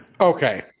okay